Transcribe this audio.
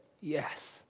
Yes